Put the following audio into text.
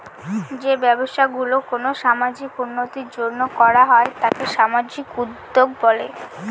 যে ব্যবসা গুলো কোনো সামাজিক উন্নতির জন্য করা হয় তাকে সামাজিক উদ্যক্তা বলে